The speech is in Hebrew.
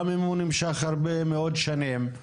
גם אם הוא נמשך הרבה מאוד שנים,